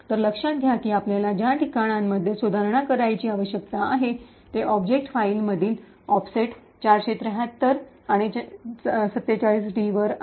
तर लक्षात घ्या की आपल्याला ज्या ठिकाणांमध्ये सुधारणा करण्याची आवश्यकता आहे ते ऑब्जेक्ट फाईलमधील ऑफसेट 473 आणि 47d वर आहेत